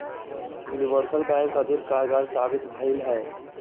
universal bank अधिक कारगर साबित भेलइ ह